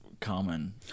common